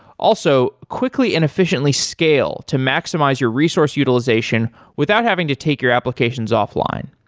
also, quickly and efficiently scale to maximize your resource utilization without having to take your applications offline.